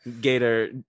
gator